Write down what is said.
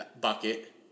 bucket